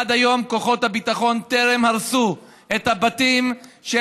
עד היום כוחות הביטחון טרם הרסו את הבתים של